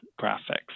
graphics